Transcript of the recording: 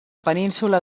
península